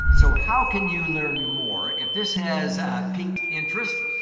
so, how can you learn more? if this has peaked interest,